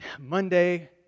Monday